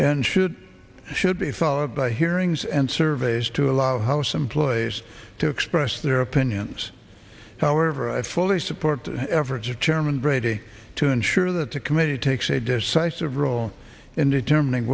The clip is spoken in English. and should should be followed by hearings and surveys to allow house employees to express their opinions however i fully support efforts of chairman brady to ensure that the committee takes a decisive role in determining